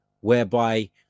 whereby